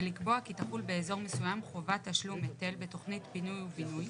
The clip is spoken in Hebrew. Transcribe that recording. ולקבוע כי תחול באזור מסוים חובת תשלום היטל בתכנית פינוי ובינוי